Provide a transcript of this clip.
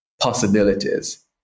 possibilities